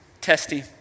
testy